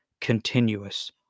continuous